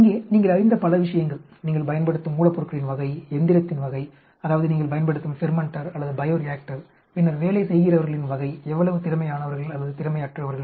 இங்கே நீங்கள் அறிந்த பல விஷயங்கள் நீங்கள் பயன்படுத்தும் மூலப்பொருட்களின் வகை எந்திரத்தின் வகை அதாவது நீங்கள் பயன்படுத்தும் ஃபெர்மென்டார் அல்லது பையோரியாக்டர் பின்னர் வேலை செய்கிறவர்களின் வகை எவ்வளவு திறமையானவர்கள் அல்லது திறமையற்றவர்கள்